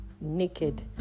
naked